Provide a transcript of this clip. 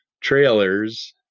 trailers